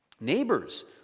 Neighbors